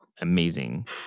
amazing